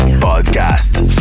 Podcast